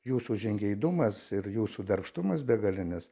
jūsų žingeidumas ir jūsų darbštumas begalinis